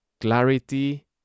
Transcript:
clarity